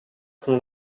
com